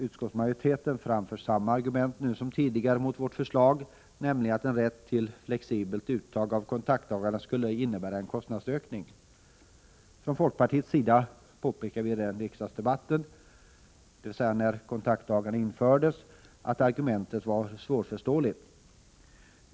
Utskottsmajoriteten framför samma argument nu som tidigare mot vårt förslag, nämligen att en rätt till flexibelt uttag av kontaktdagarna skulle innebära en kostnadsökning. Från folkpartiets sida påpekade vi redan vid den riksdagsdebatt då beslut fattades om att införa kontaktdagarna, att argumentet var svårförståeligt.